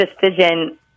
decision